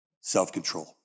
self-control